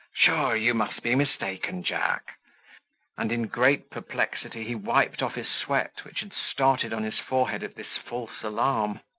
sure, you must be mistaken, jack and, in great perplexity, he wiped off his sweat which had started on his forehead at this false alarm.